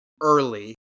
Early